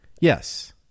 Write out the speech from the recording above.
Yes